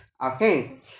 Okay